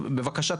בבקשה,